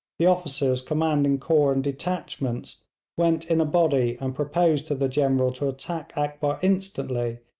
the officers commanding corps and detachments went in a body and proposed to the general to attack akbar instantly,